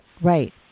Right